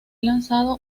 lanzado